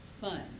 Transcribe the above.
fun